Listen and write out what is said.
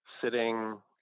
sitting